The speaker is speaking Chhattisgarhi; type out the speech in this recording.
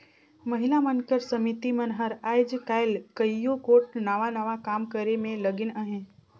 महिला मन कर समिति मन हर आएज काएल कइयो गोट नावा नावा काम करे में लगिन अहें